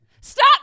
Stop